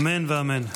אמן ואמן.